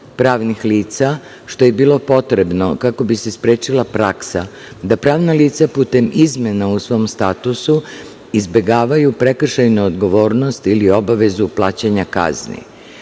pravnih lica, što je bilo potrebno kako bi se sprečila praksa da pravna lica putem izmena u svom statusu izbegavaju prekršajnu odgovornost ili obavezu plaćanja kazni.